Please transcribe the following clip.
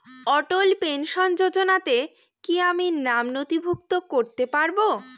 অটল pension যোজনাতে কি আমি নাম নথিভুক্ত করতে পারবো?